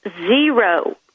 zero